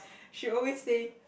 she always say